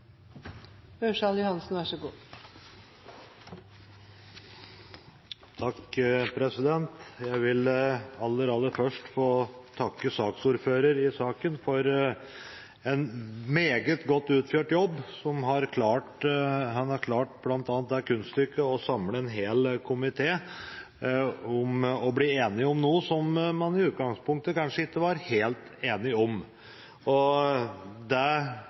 Jeg vil aller, aller først få takke saksordføreren i saken for en meget godt utført jobb. Han har bl.a. klart kunststykket å samle en hel komité om å bli enig om noe som man i utgangspunktet kanskje ikke var helt enig om. Det klarte han på grunn av god samarbeidsevne og